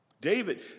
David